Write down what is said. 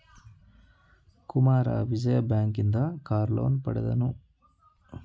Kumara Vijaya bank ಇಂದ car loan ಪಡೆದನು